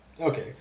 Okay